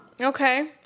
Okay